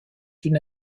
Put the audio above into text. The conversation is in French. une